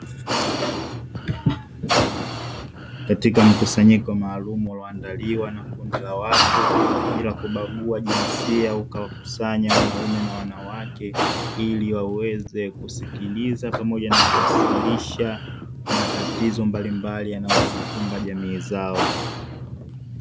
Katika mkusanyiko maalumu ulioandaliwa na kundi la watu bila kubagua jinsia ukawakusanya wanaume na wanawake, ili waweze kusikiliza pamoja na kuwasilisha matatizo mbalimbali yanayozikumba jamii zao.